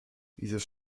dieses